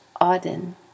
Auden